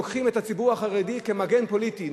לוקחים את הציבור החרדי כמגן פוליטי,